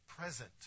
present